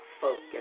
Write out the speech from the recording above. focus